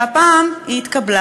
והפעם היא התקבלה.